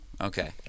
Okay